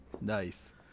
Nice